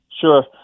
Sure